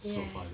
ya